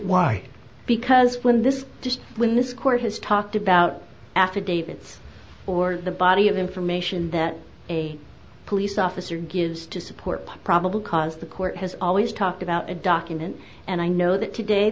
why because when this just when this court has talked about affidavits or the body of information that a police officer gives to support a probable cause the court has always talked about a document and i know that today